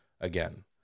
again